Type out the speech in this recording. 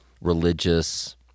religious